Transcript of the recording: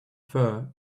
fur